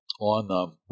on